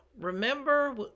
remember